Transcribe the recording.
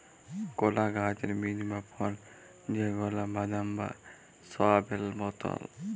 কলা গাহাচের বীজ বা ফল যেগলা বাদাম বা সয়াবেল মতল